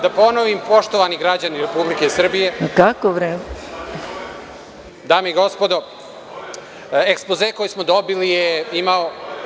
Da ponovim, poštovani građani Republike Srbije, ekspoze koji smo dobili je imao…